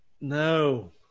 No